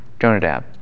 Jonadab